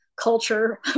culture